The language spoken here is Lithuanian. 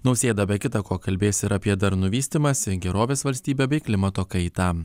nausėda be kita ko kalbės ir apie darnų vystymąsi gerovės valstybę bei klimato kaitą